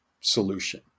solution